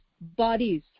bodies